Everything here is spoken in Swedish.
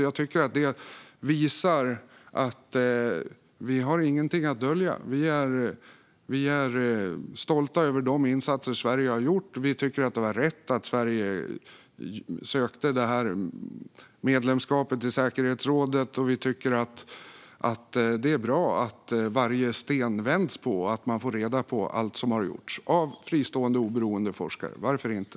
Det tycker jag visar att vi inte har någonting att dölja. Vi är stolta över de insatser som Sverige har gjort. Vi tycker att det var rätt att Sverige sökte detta medlemskap i säkerhetsrådet. Och vi tycker att det är bra att det vänds på varje sten, så att vi från fristående och oberoende forskare får reda på allt som har gjorts - varför inte.